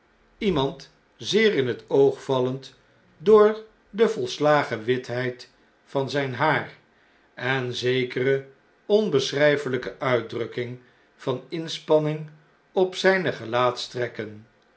iemand zeer in het oog vallend door de volslagen witheid van zjjn haar en zekere onbeschrijfeljjke uitdrukking van inspanning op zjjne